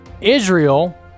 Israel